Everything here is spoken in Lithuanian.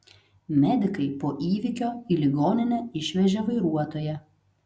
medikai po įvykio į ligoninę išvežė vairuotoją